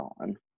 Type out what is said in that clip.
on